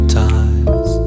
times